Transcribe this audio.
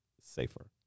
safer